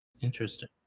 Interesting